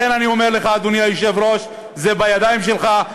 לכן אני אומר לך, אדוני היושב-ראש: זה בידיים שלך.